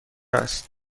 است